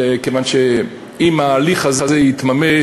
כיוון שאם ההליך הזה יתממש,